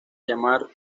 llamar